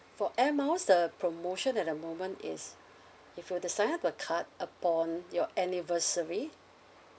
for air miles the promotion at the moment is if you were to sign up the card upon your anniversary